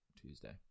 Tuesday